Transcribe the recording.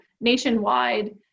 nationwide